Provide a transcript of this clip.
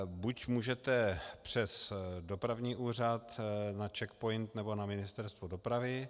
Buď můžete přes dopravní úřad, na Czech POINT, nebo na Ministerstvo dopravy.